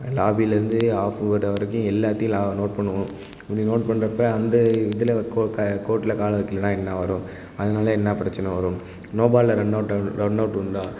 லாபிலேருந்து half court வரைக்கும் எல்லாத்தையும் லா நோட் பண்ணுவோம் இப்படி நோட் பண்ணுறப்ப அந்த இதில் கோ க கோட்டில் காலை வைக்கிலன்னா என்ன வரும் அதனால என்ன பிரச்சின வரும் நோ பாலில் ரன் அவுட் ஆ ரன் அவுட் உண்டா